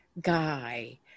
guy